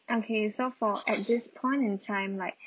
okay so for at this point in time like